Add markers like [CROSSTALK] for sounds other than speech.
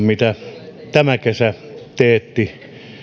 [UNINTELLIGIBLE] mitä tämä kesä teetti